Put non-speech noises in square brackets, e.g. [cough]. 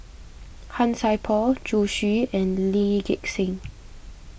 Han Sai Por Zhu Xu and Lee Gek Seng [noise]